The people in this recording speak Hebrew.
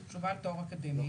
שהוא בעל תואר אקדמי,